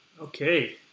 okay